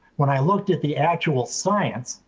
when i looked at the actual science,